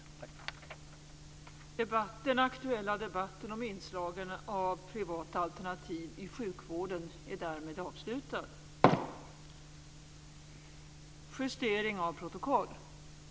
Tack!